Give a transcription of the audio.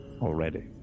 Already